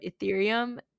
Ethereum